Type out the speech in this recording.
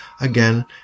again